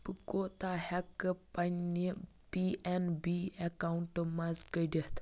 بہٕ کوٗتاہ ہٮ۪کہٕ پنِٕنہِ پی ایٚن بی اَکاوُنٛٹہٕ منٛز کٔڈِتھ